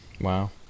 Wow